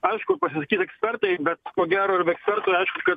aišku pasisakys ekspertai bet ko gero ir be ekspertų aišku kad